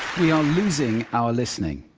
we are losing our listening.